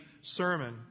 sermon